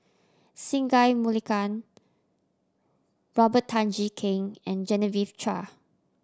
Singai Mukilan Robert Tan Jee Keng and Genevieve Chua